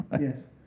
Yes